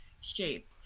shape